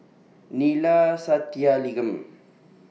Neila Sathyalingam